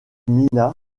gmina